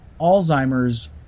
Alzheimer's